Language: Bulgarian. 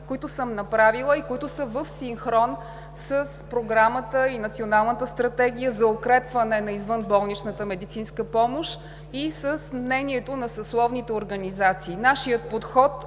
които съм направила и които са в синхрон с Програмата и Националната стратегия за укрепване на извънболничната медицинска помощ и с мнението на съсловните организации. Нашият подход